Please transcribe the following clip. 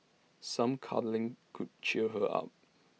some cuddling could cheer her up